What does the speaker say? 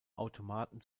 automaten